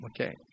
Okay